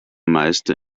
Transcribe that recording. meister